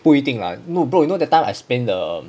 不一定 lah bro you know that time I spin the